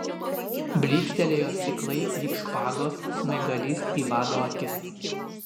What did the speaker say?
blykstelėjo stiklai lyg špagos smaigalys į vado akis